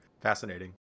Fascinating